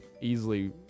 easily